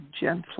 gently